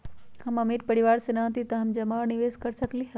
हम अमीर परिवार से न हती त का हम जमा और निवेस कर सकली ह?